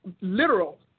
literal